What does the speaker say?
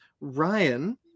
Ryan